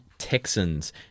Texans